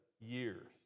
years